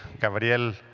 Gabriel